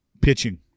pitching